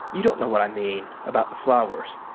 you don't know what i mean about the flowers.